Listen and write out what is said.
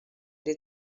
lhe